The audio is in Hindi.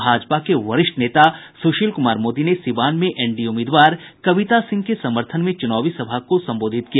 भाजपा के वरिष्ठ नेता सुशील कुमार मोदी ने सीवान में एनडीए उम्मीदवार कविता सिंह के समर्थन में चुनावी सभा को संबोधित किया